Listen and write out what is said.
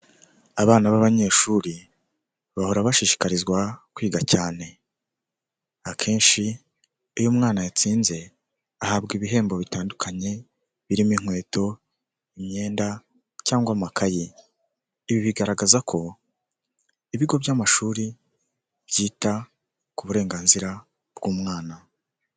Abana b'abanyeshuri bahora bashishikarizwa kwiga cyane. Akenshi iyo umwana yatsinze ahabwa ibihembo bitandukanye, birimo inkweto, imyenda cyangwa amakayi. Ibi bigaragaza ko ibigo by'amashuri byita ku burenganzira bw'umwana.